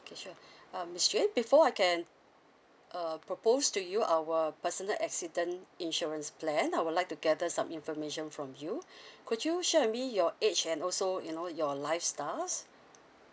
okay sure uh miss jane before I can uh propose to you our personal accident insurance plan I would like to gather some information from you could you share with me your age and also you know your lifestyles